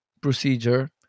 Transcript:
procedure